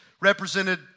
represented